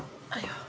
!aiyo!